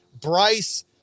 Bryce